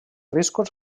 riscos